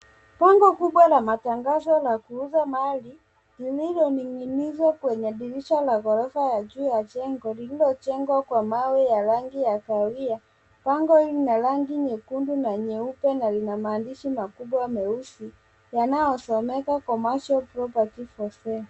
Bango kubwa la matangazo la kuuza mali lililoninginizwa kwenye dirisha la ghorofa ya juu ya jengo lililojengwa kwa mawe ya rangi ya kahawia, Bango hili lina rangi nyekundu na nyeupe na lina maandishi makubwa meusi yanayosomeka Commercial Property for sale.